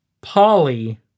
polly